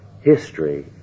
History